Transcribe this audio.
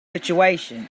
situations